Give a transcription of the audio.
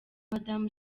madamu